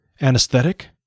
Anesthetic